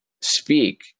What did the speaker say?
speak